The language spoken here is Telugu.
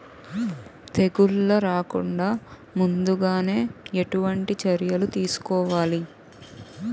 తెగుళ్ల రాకుండ ముందుగానే ఎటువంటి చర్యలు తీసుకోవాలి?